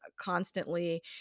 constantly